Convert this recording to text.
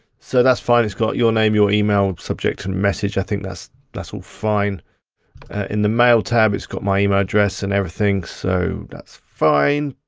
so that's fine, it's got your name, your email, subject and message. i think that's that's all fine. there in the mail tab, it's got my email address and everything, so that's fine.